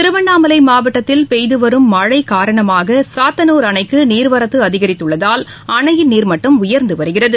திருவண்ணாமலை மாவட்டத்தில் பெய்து வரும் மழை காரணமாக சாத்தனூர் அணைக்கு நீர்வரத்து அதிகரித்துள்ளதால் அணையின் நீர்மட்டம் உயர்ந்து வருகிறது